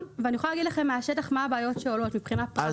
אני יכולה להגיד לכם מן השטח מה הבעיות שעולות מבחינה פרקטית.